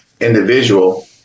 individual